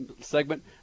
segment